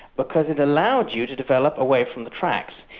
because it allowed you to develop away from the tracks,